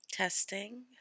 Testing